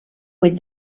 with